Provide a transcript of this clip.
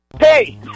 hey